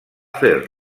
fer